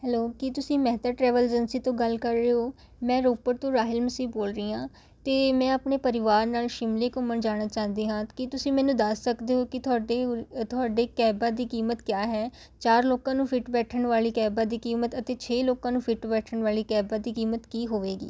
hello ਕੀ ਤੁਸੀਂ Mehta travel agency ਤੋਂ ਗੱਲ ਕਰ ਰਹੇ ਹੋ ਮੈਂ ਰੋਪੜ ਤੋਂ ਰਾਹੀਲਮਸੀ ਬੋਲ ਰਹੀ ਹਾਂ ਅਤੇ ਮੈਂ ਆਪਣੇ ਪਰਿਵਾਰ ਨਾਲ ਸ਼ਿਮਲੇ ਘੁੰਮਣ ਜਾਣਾ ਚਾਹੁੰਦੀ ਹਾਂ ਕੀ ਤੁਸੀਂ ਮੈਨੂੰ ਦੱਸ ਸਕਦੇ ਹੋ ਕਿ ਤੁਹਾਡੇ ਤੁਹਾਡੇ ਕੈਬਾਂ ਦੀ ਕੀਮਤ ਕਿਆ ਹੈ ਚਾਰ ਲੋਕਾਂ ਨੂੰ ਫਿੱਟ ਬੈਠਣ ਵਾਲੀ ਕੈਬਾਂ ਦੀ ਕੀਮਤ ਅਤੇ ਛੇ ਲੋਕਾਂ ਨੂੰ ਫਿੱਟ ਬੈਠਣ ਵਾਲੀ ਕੈਬਾਂ ਦੀ ਕੀਮਤ ਕੀ ਹੋਵੇਗੀ